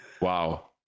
wow